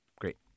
Great